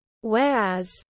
Whereas